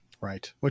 Right